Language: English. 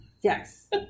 Yes